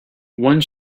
one